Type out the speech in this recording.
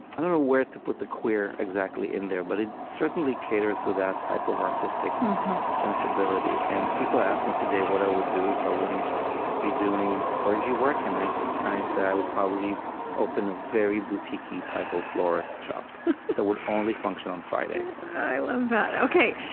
i don't know where to put the queer, exactly, in there, but it certainly catered to that type of artistic sensibility. and people ask me today what i would do if i wouldn't be doing clergy work, and i i say i would probably open a very boutique-y type of florist shop that would only function on fridays i love that.